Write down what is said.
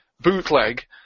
bootleg